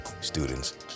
students